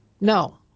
No